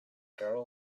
girl